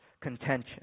contention